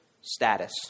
status